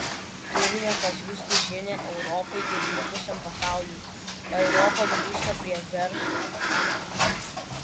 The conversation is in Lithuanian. turime pasiųsti žinią europai ir likusiam pasauliui europa grįžta prie verslo sakė jis